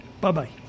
Bye-bye